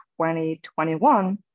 2021